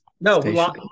no